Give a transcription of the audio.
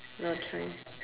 no choice